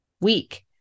week